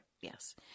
Yes